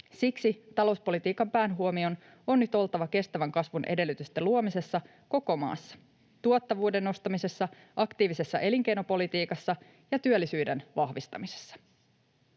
Siksi talouspolitiikan päähuomion on nyt oltava kestävän kasvun edellytysten luomisessa koko maassa: tuottavuuden nostamisessa, aktiivisessa elinkeinopolitiikassa ja työllisyyden vahvistamisessa.